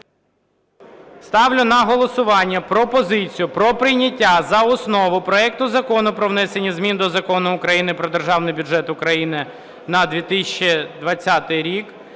Ставлю на голосування пропозицію про прийняття за основу проекту Закону про внесення змін до Закону України "Про Державний бюджет України на 2020 рік"